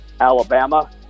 Alabama